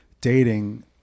dating